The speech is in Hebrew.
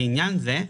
לעניין זה,